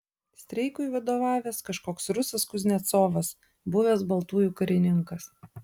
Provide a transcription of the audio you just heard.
streikui vadovavęs kažkoks rusas kuznecovas buvęs baltųjų karininkas